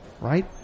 right